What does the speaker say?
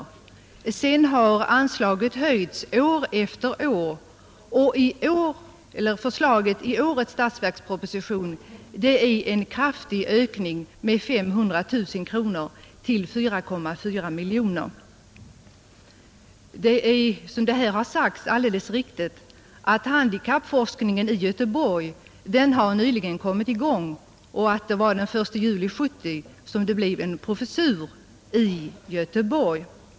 Därefter har anslaget höjts år efter år. I årets statsverksproposition föreslås en kraftig ökning Handikappforskningen i Göteborg har nyligen kommit i gång. Den 1 juli 1970 inrättades professuren där.